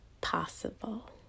possible